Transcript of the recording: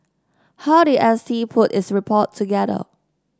how did S T put its report together